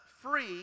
free